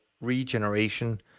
regeneration